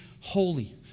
holy